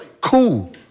Cool